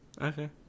okay